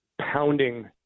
pounding